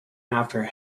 after